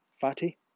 fatty